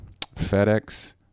fedex